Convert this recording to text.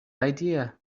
idea